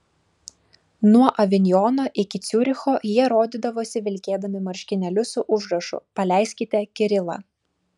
nuo avinjono iki ciuricho jie rodydavosi vilkėdami marškinėlius su užrašu paleiskite kirilą